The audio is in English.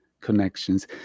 connections